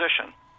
position